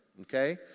Okay